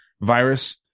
virus